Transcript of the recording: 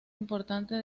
importante